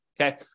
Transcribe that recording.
Okay